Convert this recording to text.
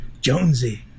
Jonesy